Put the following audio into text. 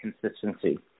consistency